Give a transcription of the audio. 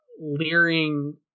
leering